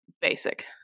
basic